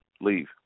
leave